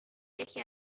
یکی